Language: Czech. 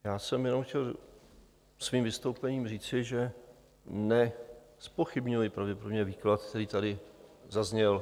Já jsem jenom chtěl svým vystoupením říci, že nezpochybňuji pravděpodobně výklad, který tady zazněl.